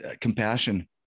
compassion